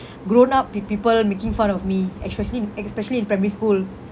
grown up with people making fun of me especially especially in primary school